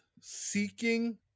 seeking